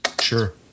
Sure